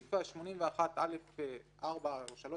בסעיף 81א4 או 3,